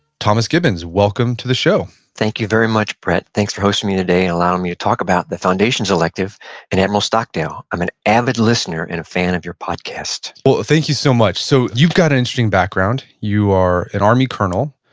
thomas gibbons, welcome to the show thank you very much, brett. thanks for hosting me today and allowing me to talk about the foundations elective and admiral stockdale. i'm an avid listener and a fan of your podcast well, thank you so much. so you've got an interesting background. you are an army colonel,